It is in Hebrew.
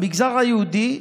במגזר היהודי,